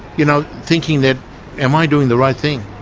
you know, thinking that am i doing the right thing,